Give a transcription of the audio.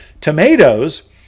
Tomatoes